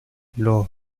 los